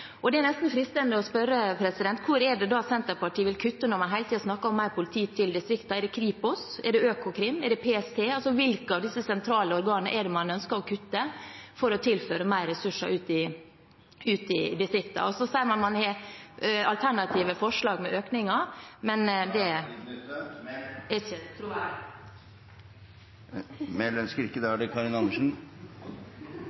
Det er nesten fristende å spørre: Hvor vil Senterpartiet kutte, når man hele tiden snakker om flere politifolk til distriktene – i Kripos, i Økokrim, i PST? Hvilke av disse sentrale organene ønsker man å kutte i for å tilføre distriktene flere ressurser? Man sier at man har alternative forslag med økninger, men det er ikke troverdig. Karin Andersen – til oppfølgingsspørsmål. Vi trenger en mer offensiv justisminister enn den vi hører i dag, når det